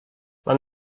mam